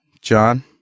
John